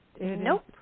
Nope